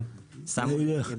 אתם לא יודעים להגיד